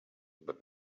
but